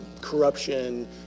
corruption